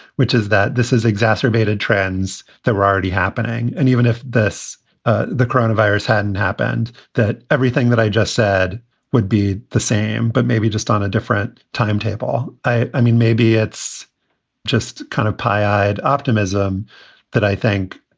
which is that this has exacerbated trends that were already happening. and even if this ah the corona virus hadn't happened, that everything that i just said would be the same. but maybe just on a different timetable. i i mean, maybe it's just kind of pie eyed optimism that i think,